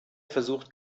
versucht